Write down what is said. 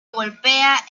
golpea